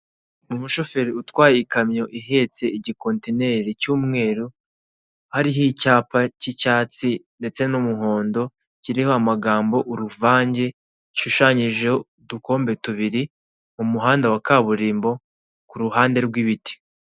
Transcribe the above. Umushoferi utwaye ikamyo ihetse igikontineri cy'umweru hariho icyapa k'icyatsi ndetse n'umuhondo kiriho amagambo uruvange gishushanyijeho udukombe tubiri mu muhanda wa kaburimbo ku ruhande rw'ibiti.